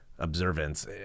Observance